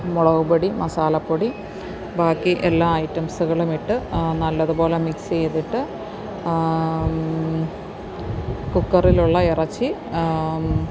മുളകുപൊടി മസാലപ്പൊടി ബാക്കി എല്ലാ ഐറ്റംസുകളുമിട്ട് നല്ലതുപോലെ മിക്സെയ്തിട്ട് കുക്കറിലുള്ള ഇറച്ചി